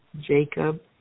Jacob